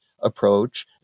approach